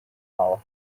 our